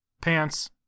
pants